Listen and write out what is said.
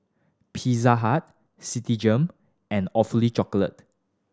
Pizza Hut Citigem and Awfully Chocolate